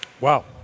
Wow